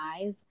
eyes